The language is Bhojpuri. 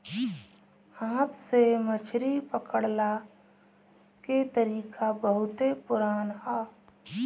हाथ से मछरी पकड़ला के तरीका बहुते पुरान ह